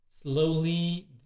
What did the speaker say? slowly